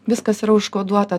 viskas yra užkoduota